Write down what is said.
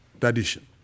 tradition